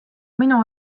minu